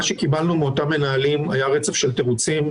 מה שקיבלנו מאותם מנהלים היה רצף של תירוצים,